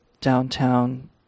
downtown